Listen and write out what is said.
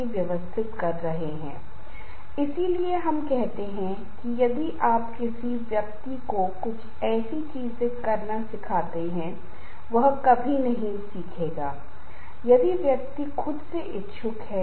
हम इसे नियंत्रित करते हैं और इसलिए कहीं न कहीं मैंने कहा है कि तनाव एक ऐसी चीज है तनाव सिर्फ एक अंगारा या आग है जो आप हटा सकते हैं आप इसे हटा सकते हैं या यदि आप इसे फैलाना चाहते हैं तो यह आपको फैला सकता है और आपको जला भी सकता है